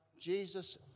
Jesus